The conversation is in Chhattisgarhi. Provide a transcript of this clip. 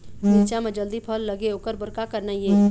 मिरचा म जल्दी फल लगे ओकर बर का करना ये?